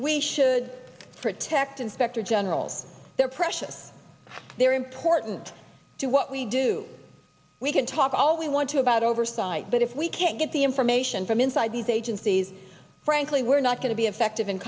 we should protect inspector general there precious they're important to what we do we can talk all we want to about oversight but if we can't get the information from inside these agencies frankly we're not going to be effective in